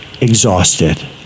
exhausted